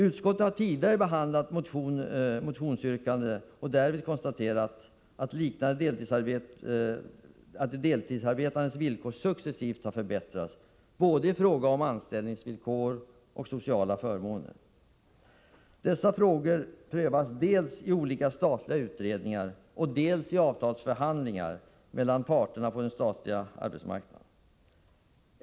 Utskottet har tidigare behandlat ett liknande motionsyrkande och konstaterade då att deltidsarbetandes villkor successivt har förbättrats både i fråga om anställningsvillkor och i fråga om sociala förmåner. Dessa frågor prövas delsi olika statliga utredningar, dels i avtalsförhandlingar mellan parterna på den statliga arbetsmarknaden.